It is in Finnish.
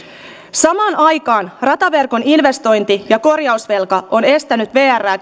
samaan aikaan rataverkon investointi ja korjausvelka on estänyt vrää